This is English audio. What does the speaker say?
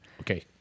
Okay